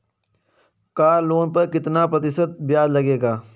Car loan पर कितने प्रतिशत ब्याज लगेगा?